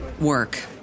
work